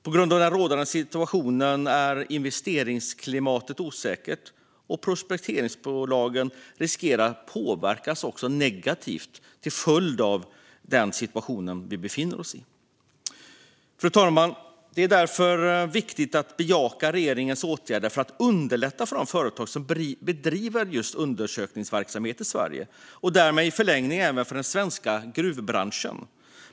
På grund av den rådande situationen är investeringsklimatet osäkert, och prospekteringsbolagen riskerar att påverkas negativt till följd av den situation vi befinner oss i. Fru talman! Det är därför viktigt att bejaka regeringens åtgärder för att underlätta för de företag som bedriver undersökningsverksamhet i Sverige och därmed i förlängningen även för den svenska gruvbranschen.